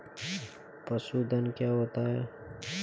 पशुधन क्या होता है?